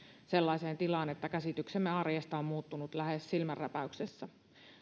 sellaiseen tilaan että käsityksemme arjesta on muuttunut lähes silmänräpäyksessä